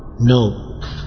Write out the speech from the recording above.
No